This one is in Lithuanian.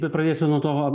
pradėsiu nuo to